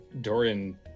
Dorian